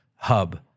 hub